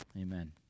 Amen